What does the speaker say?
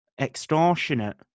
Extortionate